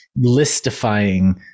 listifying